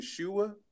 Yeshua